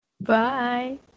bye